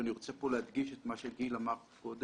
ואני רוצה פה להדגיש את מה שגיל אמר פה קודם,